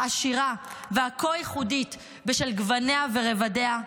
העשירה והכה-ייחודית בשל גווניה ורבדיה,